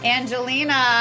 Angelina